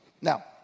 Now